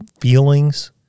feelings